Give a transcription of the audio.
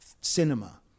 cinema